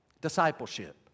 discipleship